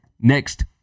next